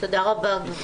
תודה רבה.